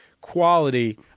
quality